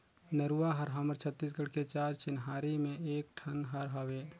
नरूवा हर हमर छत्तीसगढ़ के चार चिन्हारी में एक ठन हर हवे